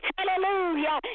Hallelujah